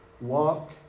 walk